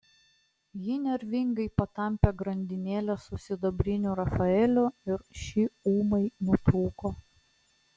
ji nervingai patampė grandinėlę su sidabriniu rafaeliu ir ši ūmai nutrūko